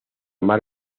mar